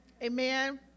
Amen